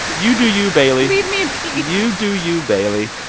you do you, bailey leave me in peace you do you, bailey.